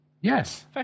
Yes